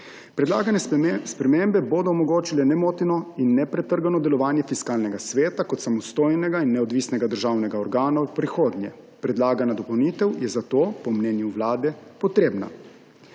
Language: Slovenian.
Predlagane spremembe bodo omogočile nemoteno in nepretrgano delovanje Fiskalnega sveta kot samostojnega in neodvisnega državnega organa v prihodnje. Predlagana dopolnitev je zato po mnenju vlade potrebna.